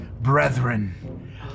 brethren